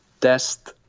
test